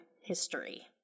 history